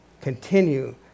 continue